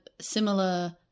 similar